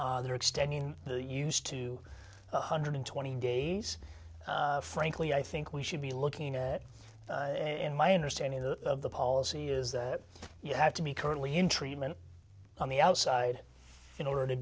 they're extending the use to one hundred twenty days frankly i think we should be looking at it in my understanding that the policy is that you have to be currently in treatment on the outside in order to